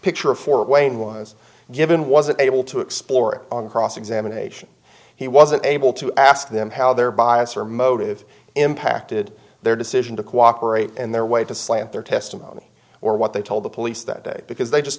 picture of fort wayne was given wasn't able to explore on cross examination he wasn't able to ask them how their bias or motive impacted their decision to cooperate in their way to slant their testimony or what they told the police that day because they just